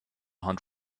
hunt